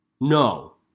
No